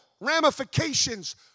ramifications